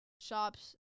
shops